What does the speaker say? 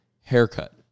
haircut